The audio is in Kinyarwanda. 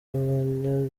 abanya